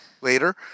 later